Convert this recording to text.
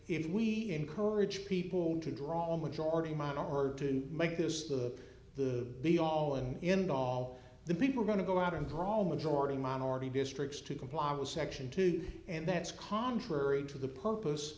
if we encourage people to draw a majority minority to make this the the be all and end all the people are going to go out and crawl majority minority districts to comply with section two and that's contrary to the purpose